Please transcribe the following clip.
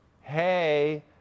hey